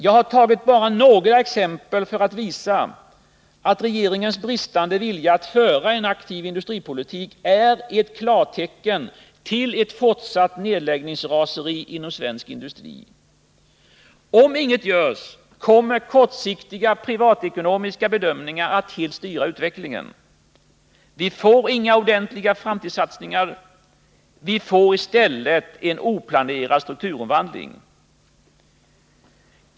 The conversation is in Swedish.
Jag har tagit bara några exempel för att visa att regeringens bristande vilja att föra en aktiv industripolitik är ett klartecken till ett fortsatt nedläggningsraseri inom svensk industri. Om inget görs kommer kortsiktiga privatekonomiska bedömningar att helt styra utvecklingen. Vi får inga ordentliga framtidssatsningar. Vi får i stället en oplanerad strukturomvandling.